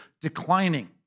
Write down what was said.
declining